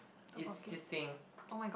it's this thing